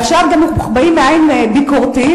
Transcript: עכשיו הם גם מוחבאים מעין ביקורתית.